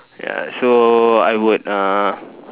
ya so I would uh